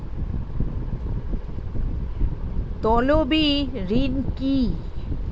তলবি ঋণ কি?